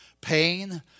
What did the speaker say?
pain